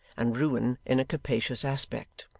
and ruin in a capacious aspect.